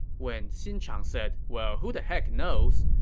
when xin chang said, well, who the heck knows,